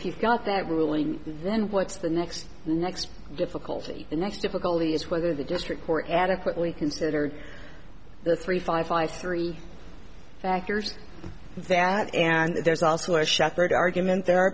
you've got that ruling then what's the next next difficulty the next difficulty is whether the district court adequately considered the three five five three factors that and there's also a shepherd argument there